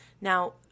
Now